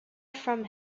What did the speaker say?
from